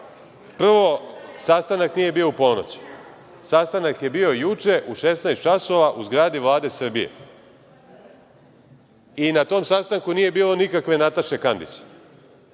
sastanak nije bio u ponoć. Sastanak je bio juče u 16.00 časova u zgradi Vlade Srbije i na tom sastanku nije bilo nikakve Nataše Kandić.